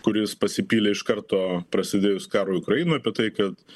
kuris pasipylė iš karto prasidėjus karui ukrainoj apie tai kad